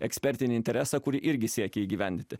ekspertinį interesą kuri irgi siekia įgyvendinti